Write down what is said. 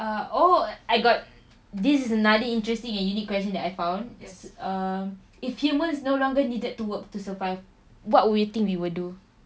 err oh I got this is another interesting and unique question that I found uh if humans no longer needed to work to survive what will we think we will do